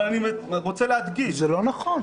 אבל אני רוצה להדגיש --- זה לא נכון,